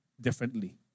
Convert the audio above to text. differently